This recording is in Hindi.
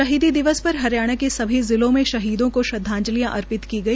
शहीदी दिवस पर हरियाणा के सभी जिलों में शहीदों को श्रद्वाजलि अर्पित की गई